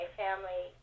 family